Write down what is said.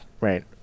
Right